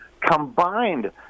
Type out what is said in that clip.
combined